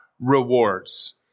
rewards